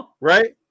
right